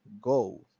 go